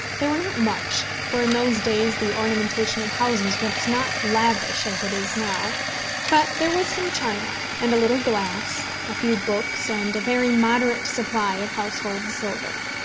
they were not much, for in those days the ornamentation of houses was not lavish as it is now but there was some china, and a little glass, a few books, and a very moderate supply of household silver.